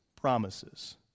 Promises